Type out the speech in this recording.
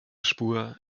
spur